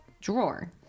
drawer